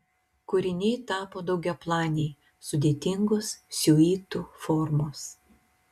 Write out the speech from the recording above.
kūriniai tapo daugiaplaniai sudėtingos siuitų formos